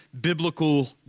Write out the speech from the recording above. biblical